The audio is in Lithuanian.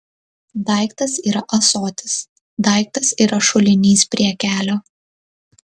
daiktas yra ąsotis daiktas yra šulinys prie kelio